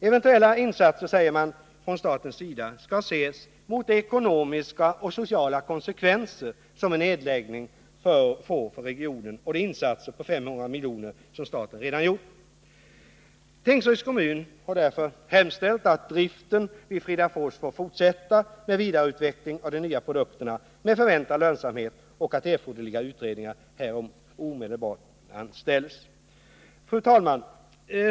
Eventuella insatser från statens sida, fortsätter kommunen, skall ses mot de ekonomiska och sociala konsekvenser som en nedläggning får för regionen och mot de insatser på 500 milj.kr. som staten redan gjort. Tingsryds kommun hemställer därför om att driften vid Fridafors bruk får fortsätta med vidareutveckling av de nya produkterna med förväntad lönsamhet och att erforderliga utredningar härom omedelbart verkställs. Fru talman!